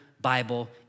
Bible